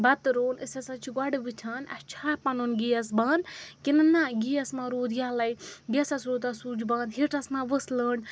بَتہٕ روٚن أسۍ ہَسا چھِ گۄڈٕ وٕچھان اَسہِ چھےٚ پَنُن گیس بَنٛد کِنہٕ نہ گیس ما روٗد یَلَے گیسَس روٗدا سُچ بَنٛد ہیٖٹرَس ما ؤژھ لٔنٛڈ